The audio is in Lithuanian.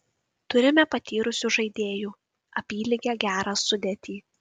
turime patyrusių žaidėjų apylygę gerą sudėtį